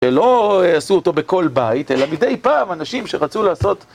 שלא עשו אותו בכל בית, אלא מדי פעם אנשים שרצו לעשות...